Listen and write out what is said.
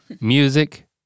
Music